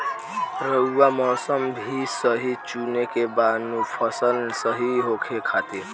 रऊआ मौसम भी सही चुने के बा नु फसल सही होखे खातिर